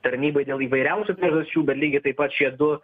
tarnybai dėl įvairiausių priežasčių bet lygiai taip pat šie du